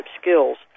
skills